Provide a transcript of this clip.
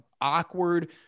awkward